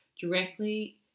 directly